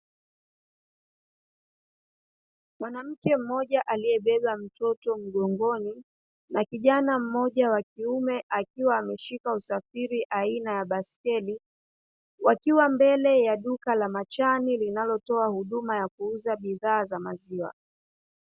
Mwanamke mmoja aliyebeba mtoto mgongoni na kijana mmoja wa kiume akiwa ameshika usafiri aina ya baskeli, wakiwa mbele ya duka la Machani linalotoa huduma ya kuuza bidhaa za maziwa.